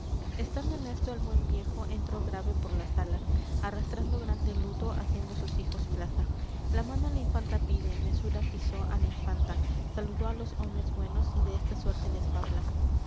estando en esto el buen viejo entró grave por la sala arrastrando grande luto haciendo sus hijos plaza la mano á la infanta pide mesura fizo á la infanta saludó á los homes buenos y de esta suerte les fabla